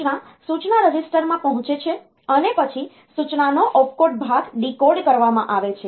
સૂચના સૂચના રજિસ્ટરમાં પહોંચે છે અને પછી સૂચનાનો ઓપકોડ ભાગ ડીકોડ કરવામાં આવે છે